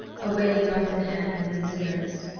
a way he often had when he was in earnest,